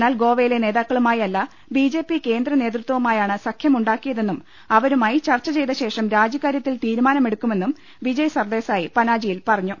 എന്നാൽ ഗോവയിലെ നേതാക്കളുമായി അല്ല ബിജെപി കേന്ദ്രനേതൃത്വ വുമായാണ് സഖ്യമുണ്ടാക്കിയതെന്നും അവരുമായി ചർച്ച ചെയ്തശേഷം രാജിക്കാര്യത്തിൽ തീരുമാനമെടുക്കുമെന്നും വിജയ് സർദേസായി പനാ ജിയിൽ പറഞ്ഞു